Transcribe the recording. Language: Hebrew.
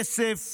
כסף